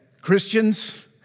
Christians